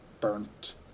burnt